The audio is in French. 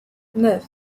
neuf